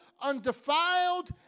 undefiled